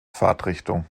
fahrtrichtung